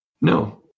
no